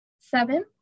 Seven